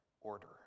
order